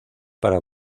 para